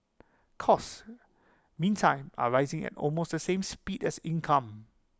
costs meantime are rising at almost the same speed as income